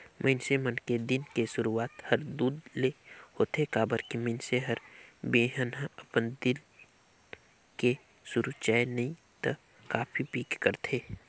मइनसे मन के दिन के सुरूआत हर दूद ले होथे काबर की मइनसे हर बिहनहा अपन दिन के सुरू चाय नइ त कॉफी पीके करथे